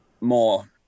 more